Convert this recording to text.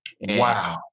Wow